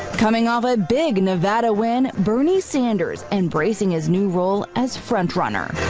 coming off a big nevada when bernie sanders embracing his new role as frontrunner.